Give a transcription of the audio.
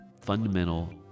fundamental